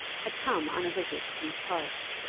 had come on a visit to these parts.